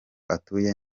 atuye